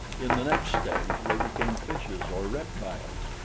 in the next stage they became fishes or reptiles,